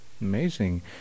Amazing